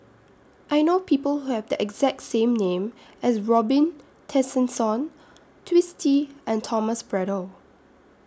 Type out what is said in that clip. I know People Who Have The exact same name as Robin Tessensohn Twisstii and Thomas Braddell